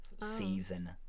season